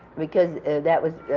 because that was.